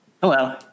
Hello